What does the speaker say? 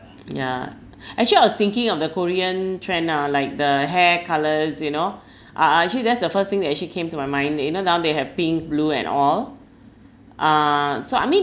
yeah actually I was thinking of the korean trend now like the hair colours you know ah ah actually that's the first thing that actually came to my mind you know now they have pink blue and all uh so I mean